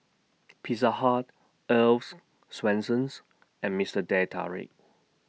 Pizza Hut Earl's Swensens and Mister Teh Tarik